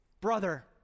Brother